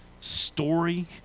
story